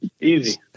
Easy